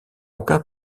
aucun